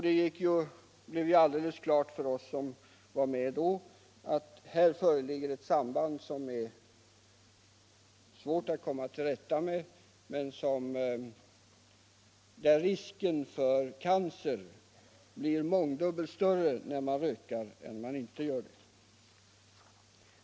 Det stod alldeles klart för oss som var med att det föreligger ett samband mellan rökning och asbest som är svårt att komma till rätta med. Risken för cancer blir mångdubbelt större för den som röker än för den som inte gör det.